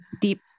deep